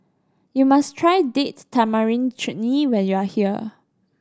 you must try Date Tamarind Chutney when you are here